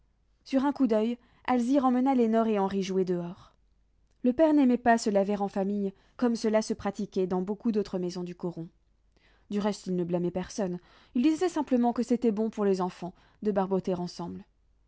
sur un coup d'oeil alzire emmena lénore et henri jouer dehors le père n'aimait pas se laver en famille comme cela se pratiquait dans beaucoup d'autres maisons du coron du reste il ne blâmait personne il disait simplement que c'était bon pour les enfants de barboter ensemble